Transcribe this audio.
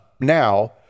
Now